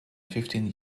fifteen